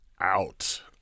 out